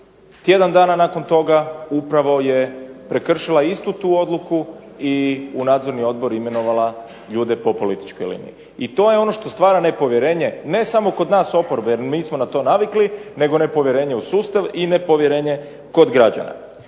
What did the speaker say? tjedan dana nakon toga upravo je prekršila istu tu odluku i u nadzorni odbor imenovala ljude po političkoj liniji. I to je ono što stvara nepovjerenje ne samo kod nas oporbe jer mi smo na to navikli, nego nepovjerenje u sustav i nepovjerenje kod građana.